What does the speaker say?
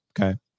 okay